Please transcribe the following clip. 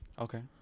Okay